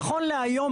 נכון להיום,